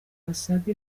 basaga